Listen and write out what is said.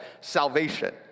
salvation